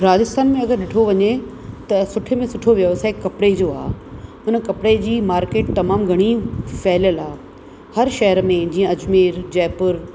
राजस्थान में अगरि ॾिठो वञे त सुठे में सुठो व्यवसाय कपिड़े जो आहे हुन कपिड़े जी मार्केट तमामु घणी फैलियल आहे हर शहर में जीअं अजमेर जयपुर